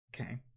okay